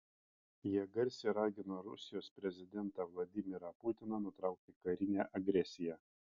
jie garsiai ragino rusijos prezidentą vladimirą putiną nutraukti karinę agresiją